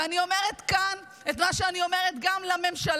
ואני אומרת כאן את מה שאני אומרת גם לממשלה.